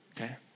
Okay